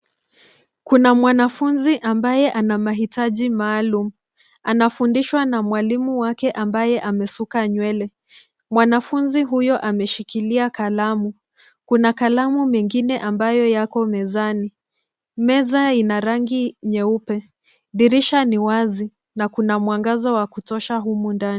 Kuna mwanafunzi ambaye ana mahitaji maalum, anafundishwa na mwalimu wake ambaye amesuka nywele. Mwanafunzi huyo ameshikilia kalamu. Kuna kalamu mengine ambayo yako mezani. Meza ina rangi nyeupe, dirisha ni wazi na kuna mwangaza wa kutosha humu ndani.